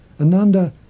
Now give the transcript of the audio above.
Ananda